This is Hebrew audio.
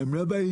הם לא באים.